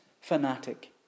fanatic